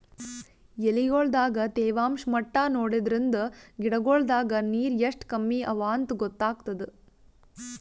ಎಲಿಗೊಳ್ ದಾಗ ತೇವಾಂಷ್ ಮಟ್ಟಾ ನೋಡದ್ರಿನ್ದ ಗಿಡಗೋಳ್ ದಾಗ ನೀರ್ ಎಷ್ಟ್ ಕಮ್ಮಿ ಅವಾಂತ್ ಗೊತ್ತಾಗ್ತದ